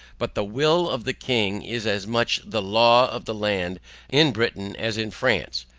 but the will of the king is as much the law of the land in britain as in france,